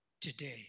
today